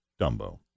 Dumbo